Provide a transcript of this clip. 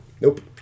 Nope